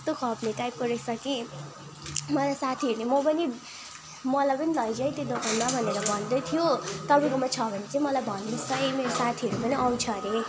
यस्तो खप्ने टाइपको रहेछ कि मलाई साथीहरूले म पनि मलाई पनि लैजा है त्यो दोकानमा भनेर भन्दै थियो तपाईँकोमा छ भने चाहिँ मलाई भनिदिनु होस् है मेरो साथीहरू पनि आउँछ अरे